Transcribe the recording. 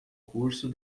curso